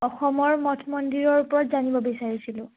অসমৰ মঠ মন্দিৰৰ ওপৰত জানিব বিচাৰিছিলোঁ